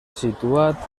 situat